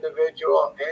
individual